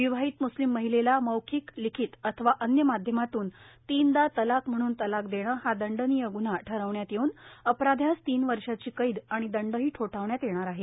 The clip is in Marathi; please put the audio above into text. विवाहित मुस्लिम महिलेला मौखिक लिखित अथवा अन्य माध्यमातून तीनदा तलाक म्हणून तलाक देणं हा दंडनीय गुन्हा ठरवण्यात येऊन अपराध्यास तीन वर्शाची कैद आणि दंडही ठोठावण्यात येणार आहे